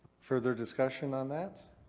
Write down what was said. further discussion on that?